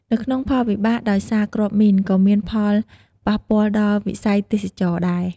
នៅក្នុងផលវិបានដោយសារគ្រាប់មីនក៏មានផលប៉ះពាល់ដល់វិស័យទេសចរណ៍ដែរ។